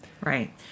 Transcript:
Right